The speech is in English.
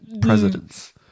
presidents